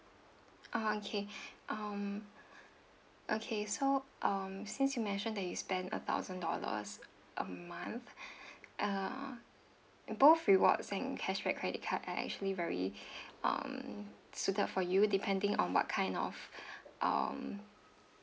ah okay um okay so um since you mentioned that you spend a thousand dollars a month err both rewards and cashback credit card are actually very um suited for you depending on what kind of um